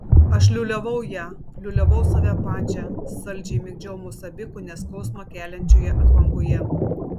aš liūliavau ją liūliavau save pačią saldžiai migdžiau mus abi kone skausmą keliančioje atvangoje